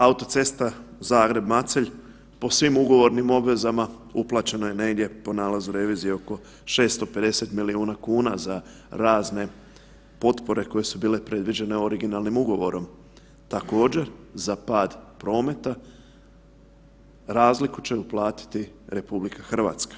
Autocesta Zagreb-Macelj po svim ugovornim obvezama uplaćeno je negdje po nalazu revizije oko 650 milijuna kuna za razne potpore koje su bile predviđene originalnim ugovorom, također za pad prometa razliku će uplatiti RH.